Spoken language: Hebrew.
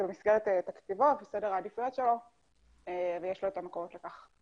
במסגרת תפקידו בסדר העדיפויות שלו ויש לו את המקורות לכך.